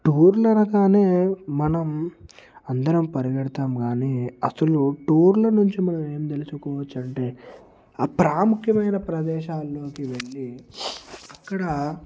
టూర్లు అనగానే మనం అందరం పరిగెడతాం కానీ అసలు టూర్ల నుంచి మనం ఏం తెలుసుకోవచ్చు అంటే ఆ ప్రాముఖ్యమైన ప్రదేశాలలోకి వెళ్ళి అక్కడ